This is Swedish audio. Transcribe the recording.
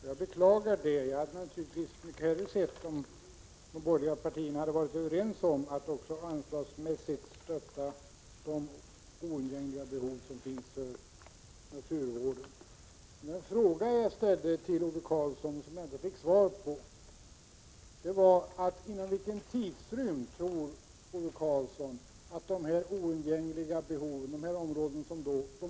Herr talman! Vi har olika förslag, säger Ove Karlsson, och det är riktigt. Jag beklagar det. Jag hade naturligtvis mycket hellre sett att de borgerliga partierna varit överens om att också anslagsmässigt stödja de oundgängliga behoven för naturvården. Den fråga jag ställde till Ove Karlsson och som jag inte fick svar på var: Inom vilken tidrymd tror Ove Karlsson att man kan säkerställa de 80 96 som finns kvar?